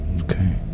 Okay